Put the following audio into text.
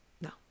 No